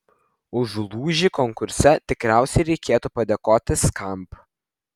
už lūžį konkurse tikriausiai reikėtų padėkoti skamp